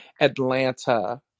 Atlanta